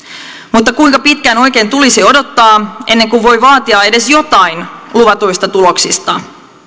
mutta kuinka pitkään oikein tulisi odottaa ennen kuin voi vaatia edes jotain luvatuista tuloksista